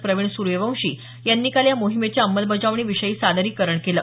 प्रवीण सूर्यवंशी यांनी काल या मोहिमेच्या अंमलबजावणीविषयी सादरीकरण केलं